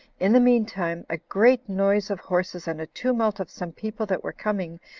in the mean time, a great noise of horses, and a tumult of some people that were coming,